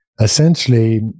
essentially